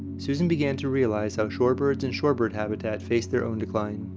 susan began to realize how shorebirds and shorebird habitats faced their own decline.